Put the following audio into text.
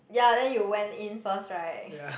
ya then you went in first right